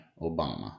Obama